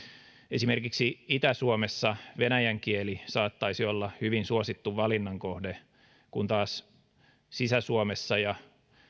esimerkiksi itä suomessa venäjän kieli saattaisi olla hyvin suosittu valinnan kohde kun taas sisä suomessa ja